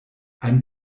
ein